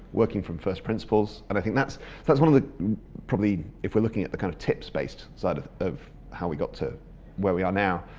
working from first principles and i think that's that's one of the probably if we're looking at the kind of tips based side of of how we got to where we are now,